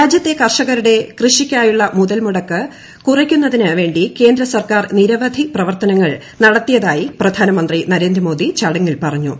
രാജ്യത്തെ കർഷകരുടെ കൃഷിക്കായുള്ള മുതൽമുടക്ക് കുറയ്ക്കുന്നതിന് വേണ്ടികേന്ദ്ര സർക്കാർ നിരവധി പ്രവർത്തനങ്ങൾ നടത്തിയതായി പ്രധാനമന്ത്രി നരേന്ദ്രമോദി ചടങ്ങിൽ പറഞ്ഞു